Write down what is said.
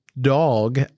dog